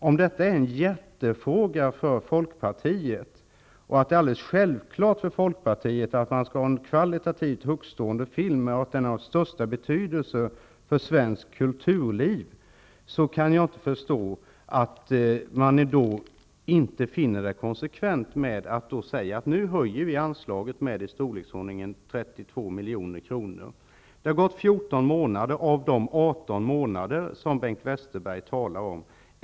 Om detta är en jättefråga för Folkpartiet, om det är alldeles självklart för Folkpartiet att vi skall ha en kvalitativt högtstående film och att den är av största betydelse för svenskt kulturliv, kan jag inte förstå att man inte finner det konsekvent att också höja anslaget med i storleksordningen 32 milj.kr. Det har gått 14 av de 18 månader som Bengt Westerberg talade om.